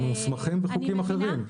הם מוסמכים בחוקים אחרים.